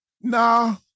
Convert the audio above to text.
Nah